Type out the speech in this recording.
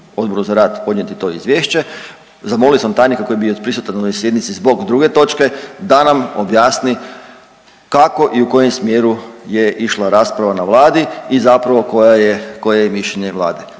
Odboru za rad podnijeti to izvješće, zamolio sam tajnika koji je bio prisutan na toj sjednici zbog druge točke da nam objasni kako i u kojem smjeru je išla rasprava na Vladi i zapravo koja je, koje je mišljenje Vlade.